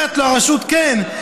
אומרת לו הרשות: כן,